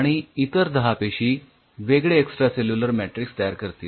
आणि इतर १० पेशी वेगळे एक्सट्रासेल्युलर मॅट्रिक्स तयार करतील